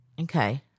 Okay